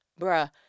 bruh